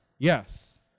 Yes